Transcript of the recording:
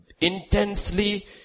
intensely